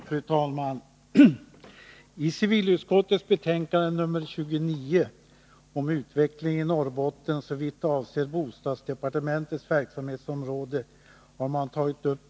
Fru talman! I civilutskottets betänkande 29 om utveckling i Norrbotten såvitt avser bostadsdepartementets verksamhetsområde tas upp fyra punkter.